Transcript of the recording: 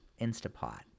Instapot